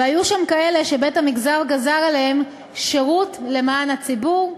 והיו שם כאלה שבית-המשפט גזר עליהם שירות למען הציבור,